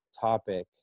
topic